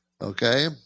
okay